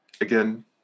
again